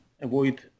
avoid